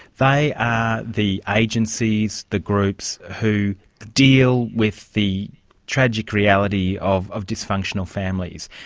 they are the agencies, the groups, who deal with the tragic reality of of dysfunctional families.